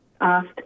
asked